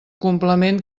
complement